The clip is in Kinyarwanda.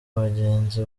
bagenzi